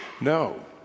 No